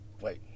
wait